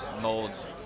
mold